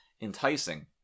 enticing